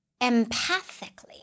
empathically